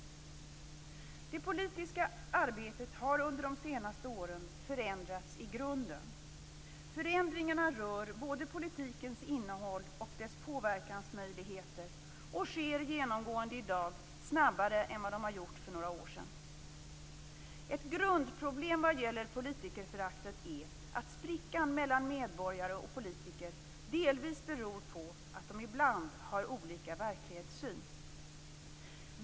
Det politiska arbetet har under de senaste åren förändrats i grunden. Förändringarna rör både politikens innehåll och dess påverkansmöjligheter och sker genomgående i dag snabbare än vad de gjorde för några år sedan. Ett grundproblem vad gäller politikerföraktet är att sprickan mellan medborgare och politiker delvis beror på att de ibland har olika verklighetssyn.